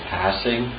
passing